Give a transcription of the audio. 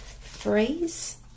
phrase